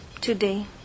today